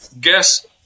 guess